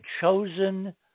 chosen